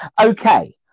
okay